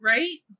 Right